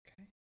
Okay